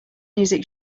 music